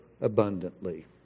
abundantly